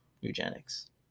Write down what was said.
eugenics